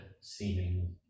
seeming